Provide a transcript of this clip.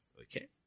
Okay